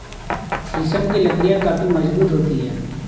शीशम की लकड़ियाँ काफी मजबूत होती हैं